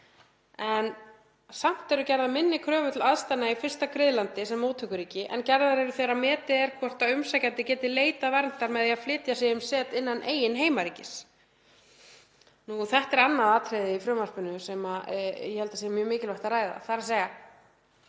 En samt eru gerðar minni kröfur til aðstæðna í fyrsta griðlandi sem móttökuríkis en gerðar eru þegar metið er hvort umsækjandi geti leitað verndar með því að flytja sig um set innan eigin heimaríkis. Þetta er annað atriði í frumvarpinu sem ég held að sé mjög mikilvægt að ræða. Krafan